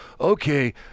Okay